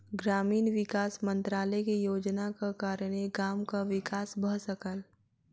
ग्रामीण विकास मंत्रालय के योजनाक कारणेँ गामक विकास भ सकल